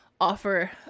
offer